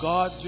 God